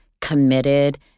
committed